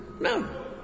no